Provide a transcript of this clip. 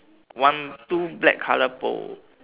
one two black colour pole